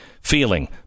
feeling